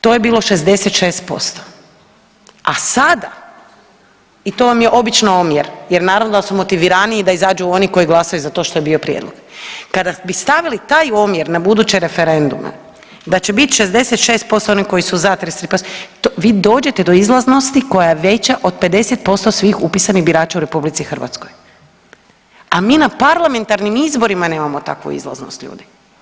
To je bilo 66%, a sada i to vam je obično omjer jer naravno da su motiviraniji da izađu oni koji glasaju za to što je bio prijedlog, kada bi stavili taj omjer na buduće referendume da će biti 66% onih koji su za, 33%, to vi dođete do izlaznosti koja je veća od 50% svih upisanih birača u RH, a mi na parlamentarnim izborima nemamo takvu izlaznost, ljudi.